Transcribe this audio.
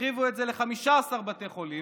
הרחיבו את זה ל-15 בתי חולים,